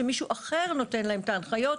שמישהו אחר נותן להם את ההנחיות,